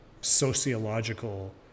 sociological